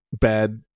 bad